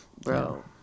bro